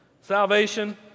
salvation